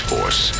Force